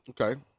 Okay